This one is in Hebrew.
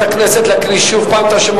בהצבעה הראשונה.